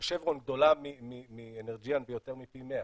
שברון גדולה מאנרג'יאן ביותר מפי 100,